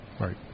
right